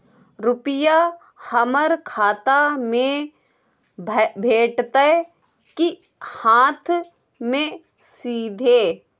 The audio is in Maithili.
रुपिया हमर खाता में भेटतै कि हाँथ मे सीधे?